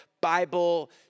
Bible